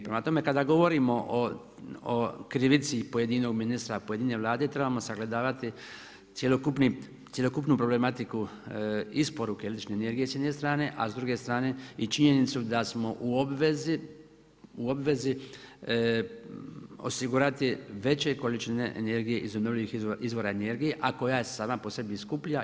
Prema tome, kada govorimo o krivici pojedinog ministra, pojedine Vlade trebamo sagledavati cjelokupnu problematiku isporuke električne energije s jedne strane, a s druge strane i činjenicu da smo u obvezi osigurati veće količine energije iz obnovljivih izvora energije, a koja je sama po sebi skuplja.